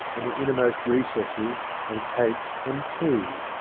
in the innermost recesses, of cake and tea.